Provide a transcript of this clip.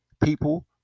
people